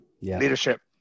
Leadership